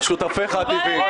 על שותפיך הטבעיים.